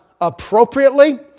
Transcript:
appropriately